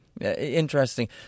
Interesting